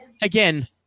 again